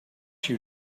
you